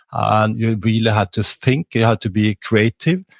and you really have to think. you have to be creative.